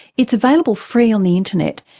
it's available free on the internet,